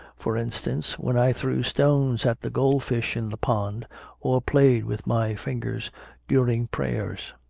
for instance, when i threw stones at the goldfish in the pond or played with my fingers during prayers.